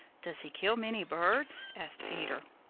does he kill many birds? asked peter.